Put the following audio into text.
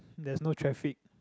there's no traffic